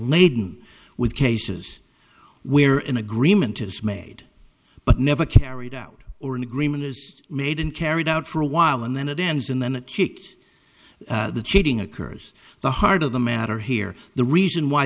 laden with cases where an agreement is made but never carried out or an agreement is made and carried out for a while and then it ends and then the cheek the cheating occurs the heart of the matter here the reason why